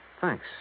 Thanks